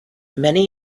many